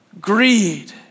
Greed